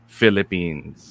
Philippines